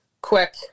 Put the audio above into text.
quick